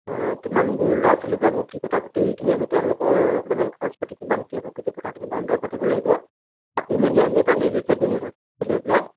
কিমানবোৰ ল'ৰা ছোৱালী যাব কি কথা গোটেইখিনি আমি তেওঁলোকৰ মানে খৰচ পাতি কিমান কি হ'ব গোটেই কথাখিনি ভালদৰে পাতিব লাগিব পাতি মেলি আমি এটা নিৰ্দিষ্ট দিন এটা ওলিয়াই পেলাই